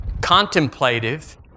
contemplative